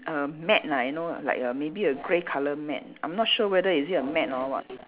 a mat lah you know like a maybe a grey colour mat I'm not sure whether is it a mat or a what